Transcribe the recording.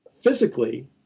physically